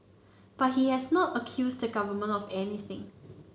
but he has not accused the government of anything